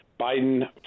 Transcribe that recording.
Biden